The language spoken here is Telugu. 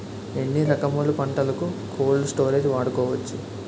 ఎన్ని రకములు పంటలకు కోల్డ్ స్టోరేజ్ వాడుకోవచ్చు?